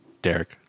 Derek